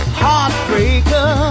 heartbreaker